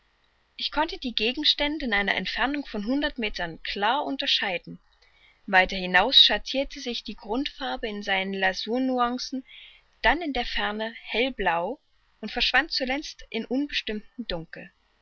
ich konnte die gegenstände in einer entfernung von hundert meter klar unterscheiden weiter hinaus schattirte sich die grundfarbe in seinen lasurnüancen dann in der ferne hellblau und verschwand zuletzt in unbestimmtem dunkel